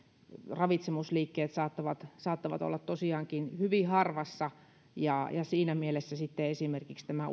ravitsemusliikkeet saattavat saattavat olla tosiaankin hyvin harvassa siinä mielessä esimerkiksi tämä